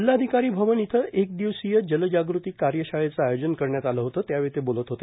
जिल्हाधिकारी भवन इथं एक दिवशीय जलजागृती कार्यशाळेचं आयोजन करण्यात आलं होतं त्यावेळी ते बोलत होते